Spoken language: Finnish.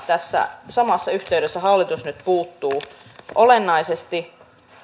tässä samassa yhteydessä hallitus nyt puuttuu olennaisesti